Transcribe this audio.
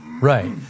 Right